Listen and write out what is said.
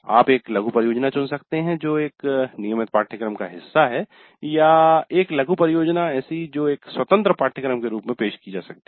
आप एक लघु परियोजना चुन सकते हैं जो एक नियमित पाठ्यक्रम का हिस्सा है या एक लघु परियोजना है जो एक स्वतंत्र पाठ्यक्रम के रूप में पेश किया जाता है